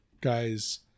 guys